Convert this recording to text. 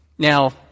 Now